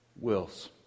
wills